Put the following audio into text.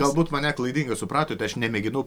galbūt mane klaidingai supratote aš nemėginu